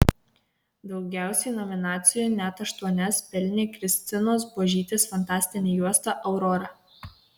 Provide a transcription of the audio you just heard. daugiausiai nominacijų net aštuonias pelnė kristinos buožytės fantastinė juosta aurora